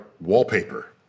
wallpaper